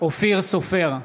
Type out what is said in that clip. אופיר סופר,